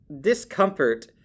discomfort